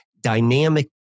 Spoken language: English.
dynamic